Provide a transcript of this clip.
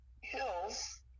hills